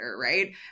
right